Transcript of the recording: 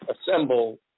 assemble